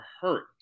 hurt